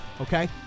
okay